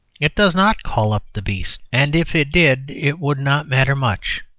it does not call up the beast, and if it did it would not matter much,